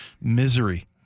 misery